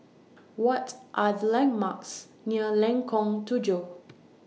What Are The landmarks near Lengkong Tujuh